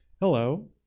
Hello